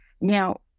now